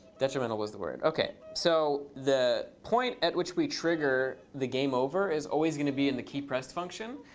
detrimental was the word. ok. so the point at which we trigger the game over is always going to be in the keypressed function.